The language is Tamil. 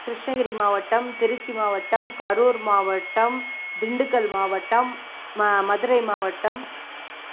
கிருஷ்ணகிரி மாவட்டம் திருச்சி மாவட்டம் கரூர் மாவட்டம் திண்டுக்கல் மாவட்டம் மதுரை மாவட்டம்